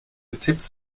tipps